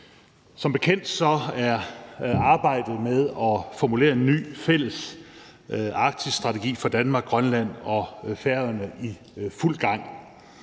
Som bekendt er arbejdet med at formulere en ny fælles arktisk strategi for Danmark, Grønland og Færøerne i fuld gang.